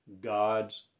God's